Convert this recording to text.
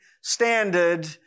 standard